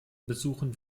besuchen